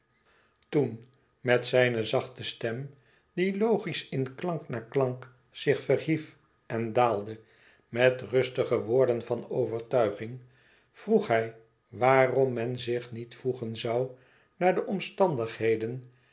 toen met zijne zachte stem die logisch in klank na klank zich verhief en daalde met rustige woorden van overtuiging vroeg hij waarom men zich niet voegen zoû naar de omstandigheden